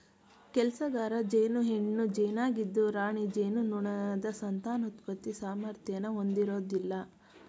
ಕೆಲ್ಸಗಾರ ಜೇನು ಹೆಣ್ಣು ಜೇನಾಗಿದ್ದು ರಾಣಿ ಜೇನುನೊಣದ ಸಂತಾನೋತ್ಪತ್ತಿ ಸಾಮರ್ಥ್ಯನ ಹೊಂದಿರೋದಿಲ್ಲ